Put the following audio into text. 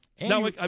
Now